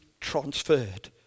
transferred